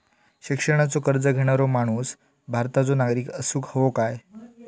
शिक्षणाचो कर्ज घेणारो माणूस भारताचो नागरिक असूक हवो काय?